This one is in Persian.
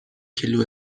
کیلو